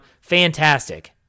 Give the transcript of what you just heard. Fantastic